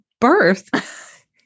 birth